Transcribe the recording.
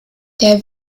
der